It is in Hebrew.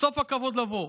"סוף הכבוד לבא"